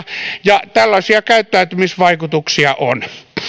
ja tällaisia käyttäytymisvaikutuksia on eli